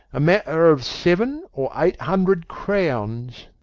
a matter of seven or eight hundred crowns.